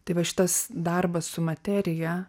tai va šitas darbas su materija